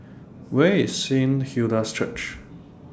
Where IS Saint Hilda's Church